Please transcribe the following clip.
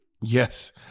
Yes